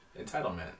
Entitlement